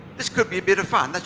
this could be a bit of fun. like